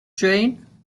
jane